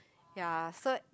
ya so